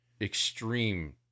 extreme